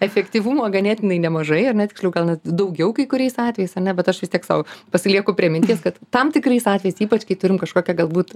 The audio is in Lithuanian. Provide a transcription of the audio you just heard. efektyvumo ganėtinai nemažai ar ne tiksliau gal net daugiau kai kuriais atvejais ar ne bet aš vis tiek sau pasilieku prie minties kad tam tikrais atvejais ypač kai turim kažkokią galbūt